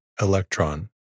Electron